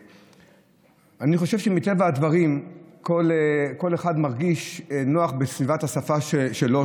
אני חושב שמטבע הדברים כל אחד מרגיש נוח בסביבת השפה שלו,